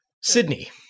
Sydney